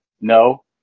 No